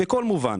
בכל מובן.